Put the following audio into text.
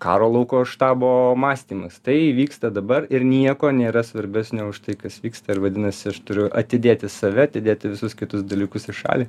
karo lauko štabo mąstymas tai vyksta dabar ir nieko nėra svarbesnio už tai kas vyksta ir vadinasi aš turiu atidėti save atidėti visus kitus dalykus į šalį